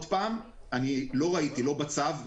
אני לא ראיתי בצו,